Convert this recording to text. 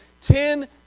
ten